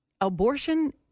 abortion